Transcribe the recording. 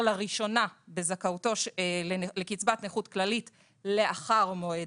לראשונה בזכאותו לקצבת נכות כללית לאחר מועד